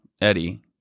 Eddie